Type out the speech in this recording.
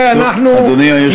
שכן, חברי הכנסת.